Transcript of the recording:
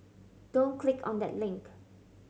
don't click on that link